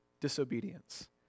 disobedience